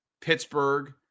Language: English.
Pittsburgh